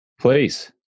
Please